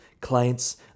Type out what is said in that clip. clients